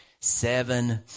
seven